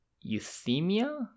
euthymia